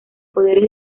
poderes